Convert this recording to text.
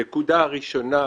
הנקודה הראשונה,